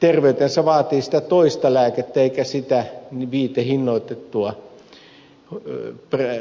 terveytensä vaatii toista lääkettä eikä sitä viitehinnoiteltua valmistetta